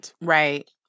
Right